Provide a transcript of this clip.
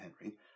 Henry